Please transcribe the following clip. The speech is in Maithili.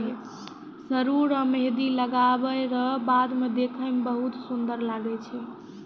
सरु रो मेंहदी लगबै रो बाद देखै मे बहुत सुन्दर लागै छै